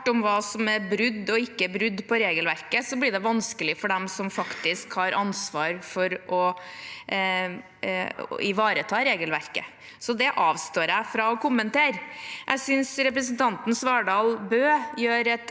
om hva som er brudd og ikke brudd på regelverket, blir det vanskelig for dem som faktisk har ansvar for å ivareta regelverket. Så det avstår jeg fra å kommentere. Jeg synes representanten Svardal Bøe gjør et